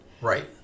Right